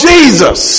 Jesus